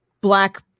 Black